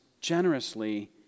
generously